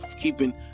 Keeping